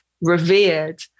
revered